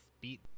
beat